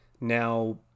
Now